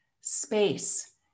space